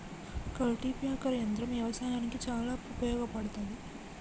cultipacker యంత్రం వ్యవసాయానికి చాలా ఉపయోగపడ్తది